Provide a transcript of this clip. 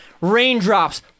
raindrops